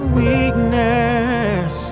weakness